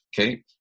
Okay